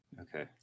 okay